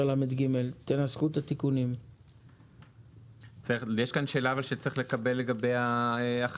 14לג. יש כאן שאלה שלגביה צריך לקבל החלטה.